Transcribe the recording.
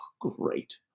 great